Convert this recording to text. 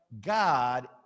God